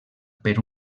per